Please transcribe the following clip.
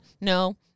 No